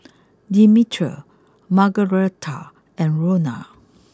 Demetria Margaretta and Rona